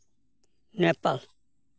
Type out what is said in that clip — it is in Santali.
ᱱᱮᱯᱟᱞ